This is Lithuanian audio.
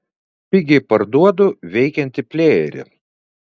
pigiai parduodu veikiantį plejerį